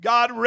God